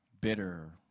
bitter